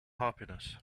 happiness